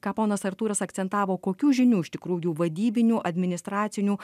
ką ponas artūras akcentavo kokių žinių iš tikrųjų vadybinių administracinių